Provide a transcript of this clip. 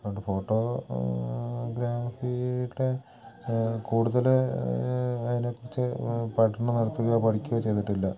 അതുകൊണ്ട് ഫോട്ടോ ഗ്രാഫീടെ കൂടുതൽ അതിനെക്കുറിച്ച് പഠനം നടത്തുകയോ പഠിക്കുകയോ ചെയ്തിട്ടില്ല